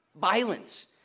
violence